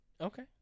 okay